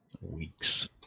Weeks